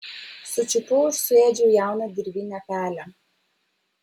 sučiupau ir suėdžiau jauną dirvinę pelę